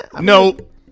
Nope